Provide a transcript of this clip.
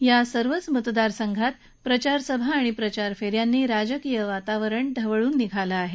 या सर्वच मतदार संघात प्रचार सभा आणि प्रचार फेऱ्यांनी राजकीय वातावरण ढवळून निघालं आहे